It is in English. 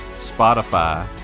spotify